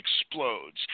explodes